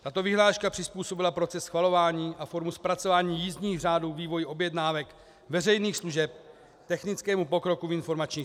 Tato vyhláška přizpůsobila proces schvalování a formu zpracování jízdních řádů vývoji objednávek veřejných služeb technickému pokroku v informačních technologiích.